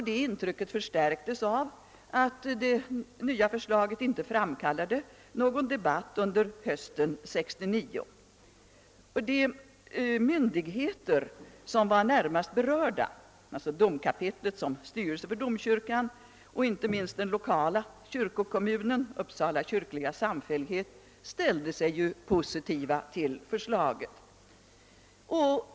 Det intrycket förstärktes av att det nya förslaget inte framkallade någon debatt under hösten 1969. De närmast berörda myndigheterna — alltså domkapitlet som styrelse för domkyrkan och inte minst den lokala kyrkokommunen, Uppsala kyrkliga samfällighet — ställde sig positiva till förslaget.